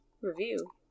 review